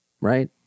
right